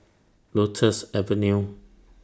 Lotus Avenue